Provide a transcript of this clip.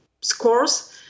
scores